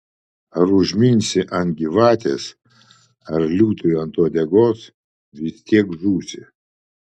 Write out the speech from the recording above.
ar užminsi ant gyvatės ar liūtui ant uodegos vis tiek žūsi